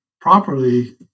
properly